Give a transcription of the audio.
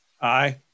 aye